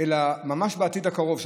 ממש בעתיד הקרוב,